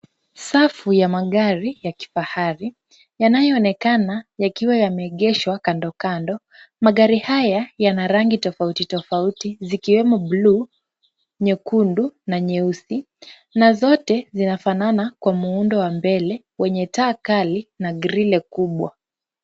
Safu ya magari ya kifahari yanyoonekana yakiwa yameegeshwa kando kando. Magari haya yana rangi tofauti tofauti zikiwemo buluu, nyekundu na nyeusi na zote zinafanana kwa muundo wa mbele wenye taa kali na grili kubwa.